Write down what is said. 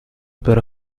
però